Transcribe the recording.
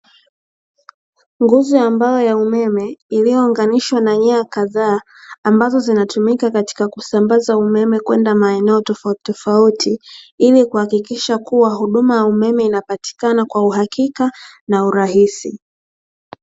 Nguzo ya mbao ya umeme, iliyoonganishwa na nyaya kadhaa; ambazo zinatumika katika kusambaza umeme kwenda maeneo tofautitofauti, ili kuhakikisha kuwa huduma ya umeme inapatikana kwa uhakika na urahisi.